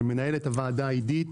מנהלת הוועדה עידית,